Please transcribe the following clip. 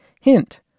Hint